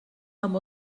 amb